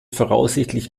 voraussichtlich